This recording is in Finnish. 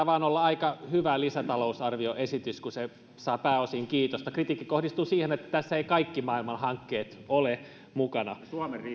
vaan taitaa olla aika hyvä lisätalousarvioesitys kun se saa pääosin kiitosta kritiikki kohdistuu siihen että tässä eivät kaikki maailman hankkeet ole mukana